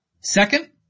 Second